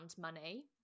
money